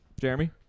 Jeremy